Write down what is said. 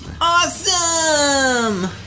Awesome